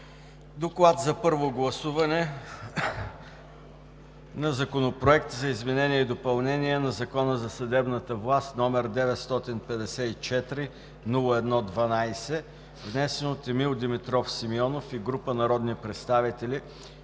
„ДОКЛАД за първо гласуване на Законопроект за изменение и допълнение на Закона за съдебната власт, № 954-01-12, внесен от Емил Димитров Симеонов и група народни представители